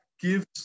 gives